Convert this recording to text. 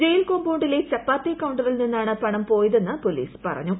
jail കോമ്പൌണ്ടിലെ ചപ്പാത്തി കൌണ്ടറിൽ നിന്നാണ് പണം പോയതെന്ന് പോലീസ് പറഞ്ഞു